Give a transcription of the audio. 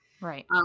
Right